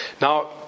Now